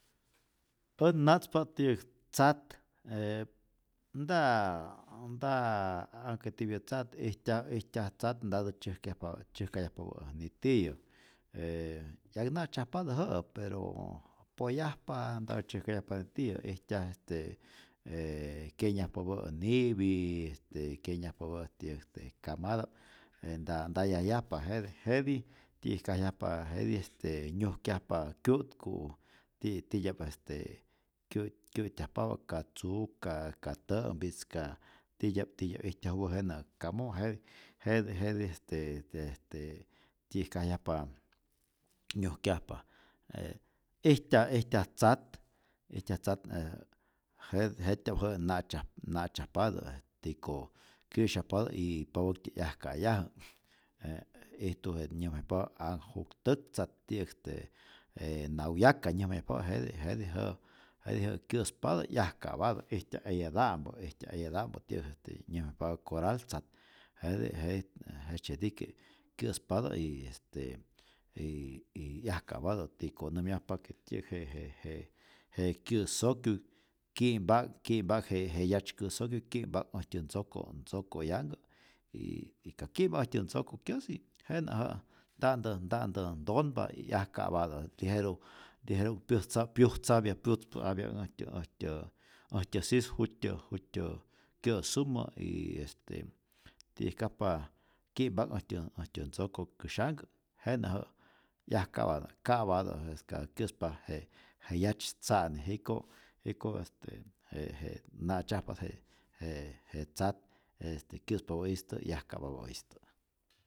Ät na'tzpa't ti'yäk tzat ee nta nta anhke tipya tzat, ijtya ijtyaj tzat ntatä tzyäjkyajpa tzyäjkayajpapä' nitiyä, e 'yakna'tzyajpatä jä'ä peroo poyajpa ntatä tzyäjkayajpa nitiyä, ijtyaj este ee kyenyajpapä nipi, este kyenyajpapä' tiyä'k este kamata'p je nta nta yajyajpa jete, jetij tyiyäjkajyajpa jetij este nyujkyajpa kyu'tku ti titya'p este kyu kyu'tyajpapä, ka tzuk ka tä'mpitz, ka titya'p titya'p ijtyajupä jenä kamoj jete jete jete este este tyi'yäjkajyajpa nyujkyajpa, je ijtyaj ijtyaj tzat ijtyaj tzat ää je jet'tya'p jä na'tzyaj na'tzyajpatä e tiko kyä'syajpatä y papäktä 'yajka'yajä, je ijtu je nyäjmayajpapä anhjuktäk tzat tiyä'k este e nauyaka nyäjmayajpapä jete jete jä'ä, jetij jetij jä'ä kyä'spatä 'yajka'patä, ijtyaj eyata'mpä ijtyaj eyata'mpä ti'yäk este nyäjmayjapapä koral tzat, jete jetij jejtzyetike, kyä'spatä y este y y 'yajka'patä, tiko nämyajpa que ti'yäk je je je je kyä'sokyuy ki'mpa'k ki'mpa'k je je yatzykä'sokyuy ki'mpa'k äjtyä ntzoko ntzoko'yanhkä, y y ka ki'mpa äjtyä ntzokokyasi jenä jä nta'ntä nta'ntä tonpa y 'yajka'patä lijeru, lijeru pyujtza pyujtzapya pyutzpä'apya äjtyä äjtyä äjtyä sis jut'tyä jut'tyä kya'sumä' y este ti'yäjkajpa ki'mpa'k äjtyä äjtyä ntzokokäsyanhkä, jenä jä'a 'yajka'patä, ka'patä je katä kyä'spa je je yatzy tza'ni, jiko' jiko' este je je na'tzyajpa't je je je tzat este kyä'spapä'istä. yajka'papä'istä.